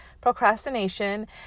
procrastination